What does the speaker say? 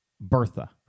Bertha